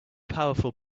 powerful